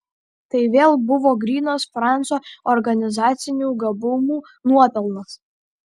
tai vėl buvo grynas franco organizacinių gabumų nuopelnas